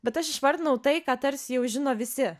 bet aš išvardinau tai ką tarsi jau žino visi